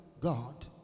God